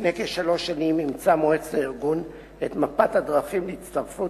לפני כשלוש שנים אימצה מועצת הארגון את "מפת הדרכים להצטרפות